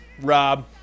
Rob